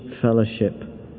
fellowship